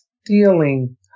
Stealing